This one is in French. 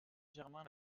germain